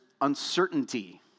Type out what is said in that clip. uncertainty